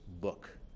book